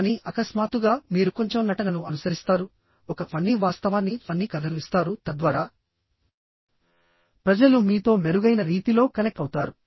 కానీ అకస్మాత్తుగా మీరు కొంచెం నటనను అనుసరిస్తారు ఒక ఫన్నీ వాస్తవాన్ని ఫన్నీ కథను ఇస్తారు తద్వారా ప్రజలు మీతో మెరుగైన రీతిలో కనెక్ట్ అవుతారు